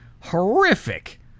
horrific